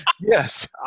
yes